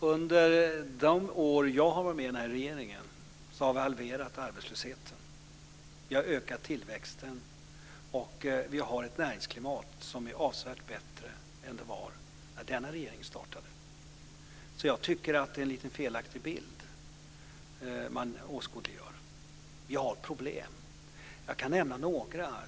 Under de år jag har varit med i regeringen har vi halverat arbetslösheten och ökat tillväxten. Näringsklimatet är avsevärt bättre än det var när regeringen startade. Jag tycker att det är en felaktig bild som ges. Vi har problem. Jag kan nämna några.